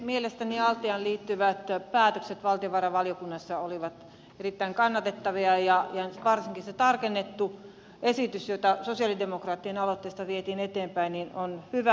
mielestäni altiaan liittyvät päätökset valtiovarainvaliokunnassa olivat erittäin kannatettavia ja varsinkin se tarkennettu esitys jota sosialidemokraattien aloitteesta vietiin eteenpäin on hyvä